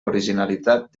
originalitat